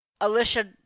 Alicia